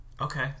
Okay